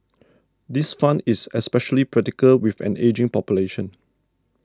this fund is especially practical with an ageing population